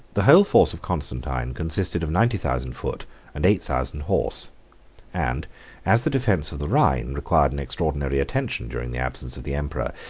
the whole force of constantine consisted of ninety thousand foot and eight thousand horse and as the defence of the rhine required an extraordinary attention during the absence of the emperor,